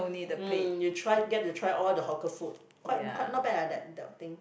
mm you try get to try all the hawker food quite quite not bad lah that that thing